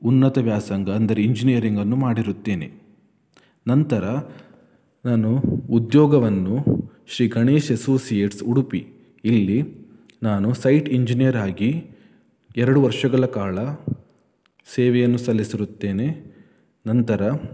ಉನ್ನತ ವ್ಯಾಸಂಗ ಅಂದರೆ ಇಂಜಿನಿಯರಿಂಗನ್ನು ಮಾಡಿರುತ್ತೇನೆ ನಂತರ ನಾನು ಉದ್ಯೋಗವನ್ನು ಶ್ರೀ ಗಣೇಶ್ ಅಸೋಸಿಯೇಟ್ಸ್ ಉಡುಪಿ ಇಲ್ಲಿ ನಾನು ಸೈಟ್ ಇಂಜಿನಿಯರಾಗಿ ಎರಡು ವರ್ಷಗಳ ಕಾಲ ಸೇವೆಯನ್ನು ಸಲ್ಲಿಸಿರುತ್ತೇನೆ ನಂತರ